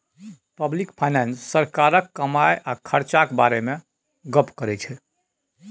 public finance सरकारक कमाई आ खरचाक बारे मे गप्प करै छै